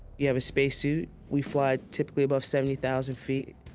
you have a space suit. we fly typically above seventy thousand feet.